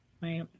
Right